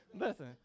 Listen